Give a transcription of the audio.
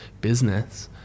business